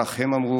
כך הם אמרו,